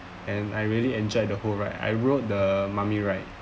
and I really enjoyed the whole ride I rode the mummy ride